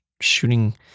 shooting